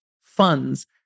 funds